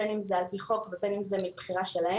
בין אם זה על פי חוק ובין אם זה מבחירה שלהן.